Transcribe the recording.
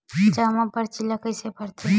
जमा परची ल कइसे भरथे?